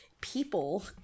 people